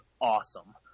awesome